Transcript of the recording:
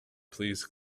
please